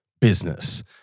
business